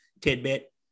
tidbit